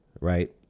right